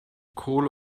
kohle